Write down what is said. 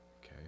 Okay